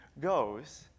goes